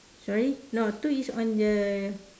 sorry no two is on the